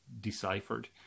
deciphered